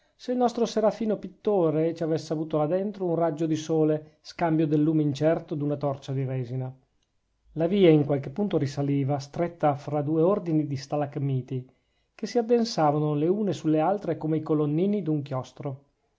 se il nostro serafino pittore ci avesse avuto là dentro un raggio di sole scambio del lume incerto d'una torcia di resina la via in qualche punto risaliva stretta fra due ordini di stalagmiti che si addensavano le une sulle altre come i colonnini d'un chiostro